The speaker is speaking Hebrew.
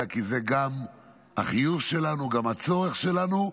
אלא כי זה גם החיוב שלנו, גם הצורך שלנו,